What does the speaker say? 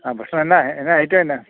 ആ ഭക്ഷണം എന്നാ എന്നാ ഐറ്റം എന്നാ